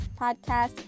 podcast